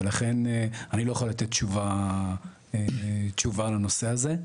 ולכן אני לא אוכל לתת תשובה לנושא הזה.